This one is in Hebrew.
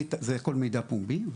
זה הכול מידע פומבי,